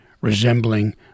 resembling